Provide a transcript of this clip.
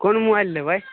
कोन मोबाइल लेबै